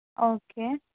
okay